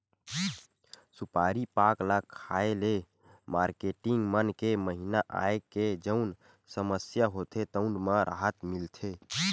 सुपारी पाक ल खाए ले मारकेटिंग मन के महिना आए के जउन समस्या होथे तउन म राहत मिलथे